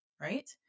right